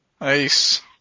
Nice